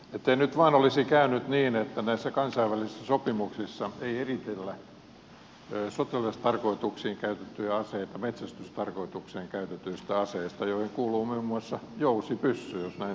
ettei nyt vain olisi käynyt niin että näissä kansainvälisissä sopimuksissa ei eritellä sotilastarkoituksiin käytettyjä aseita metsästystarkoitukseen käytetyistä aseista joihin kuuluu muun muassa jousipyssy jos näin kansanomaisesti haluaa sanoa